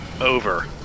Over